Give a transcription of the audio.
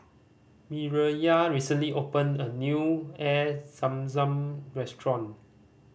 Mireya recently opened a new Air Zam Zam restaurant